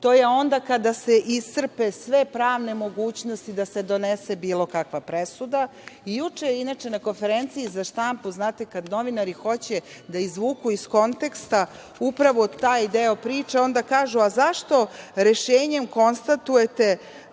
to je onda kada se iscrpe sve pravne mogućnosti da se donese bilo kakva presuda. Juče je inače na konferenciji za štampu, znate kada novinari hoće da izvuku iz konteksta upravo taj deo priče, onda kažu – a zašto rešenjem konstatujete